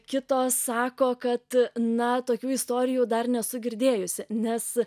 kitos sako kad na tokių istorijų dar nesu girdėjusi nes